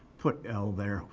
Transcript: put l there.